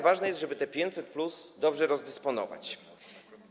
Ważne jest, żeby to 500+ dobrze rozdysponować.